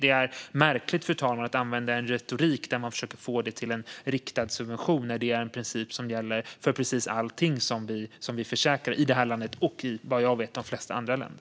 Det är märkligt, fru talman, att använda en retorik där man försöker få det till en riktad subvention när det är en princip som gäller för precis allting som vi försäkrar i det här landet och, vad jag vet, i de flesta andra länder.